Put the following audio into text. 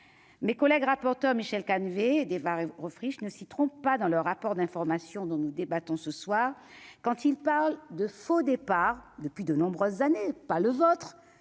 mes collègues rapporteurs Michel Calvez devoir aux friches ne s'y trompe pas dans le rapport d'information dont nous débattons ce soir quand il parle de faux départ depuis de nombreuses années, pas le vôtre,